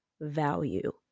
value